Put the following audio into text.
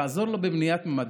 לעזור לו בבניית ממ"ד.